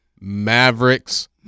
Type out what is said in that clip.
Mavericks